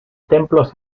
templos